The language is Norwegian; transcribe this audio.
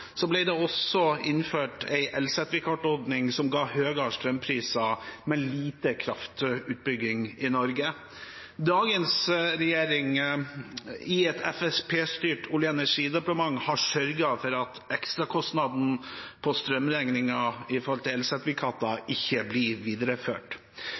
det også innført en elsertifikatordning som ga høyere strømpriser med lite kraftutbygging i Norge. Dagens regjering i et Fremskrittsparti-styrt olje- og energidepartement har sørget for at ekstrakostnaden på strømregningen – med tanke på elsertifikater – ikke blir videreført. I